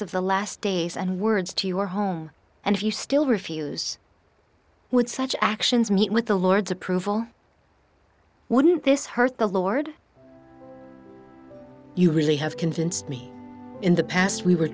of the last days and words to your home and if you still refuse would such actions meet with the lord's approval wouldn't this hurt the lord you really have convinced me in the past we were